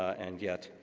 and yet,